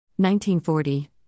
1940